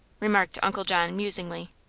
remarked uncle john, musingly.